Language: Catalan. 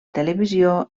televisió